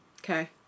Okay